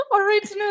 original